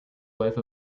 life